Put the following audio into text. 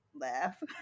laugh